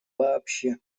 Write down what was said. вообще